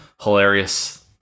Hilarious